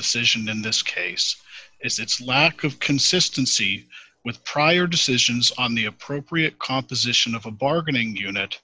decision in this case is its lack of consistency with prior decisions on the appropriate composition of a bargaining unit